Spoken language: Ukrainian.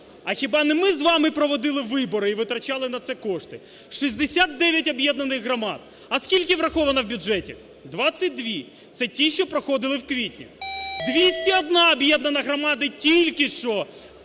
А хіба не ми з вами проводили вибори і витрачали на це кошти? 69 об'єднаних громад. А скільки враховано в бюджеті? 22 - це ті, що проходили в квітні. 201 об'єднана громада, тільки що